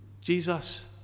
Jesus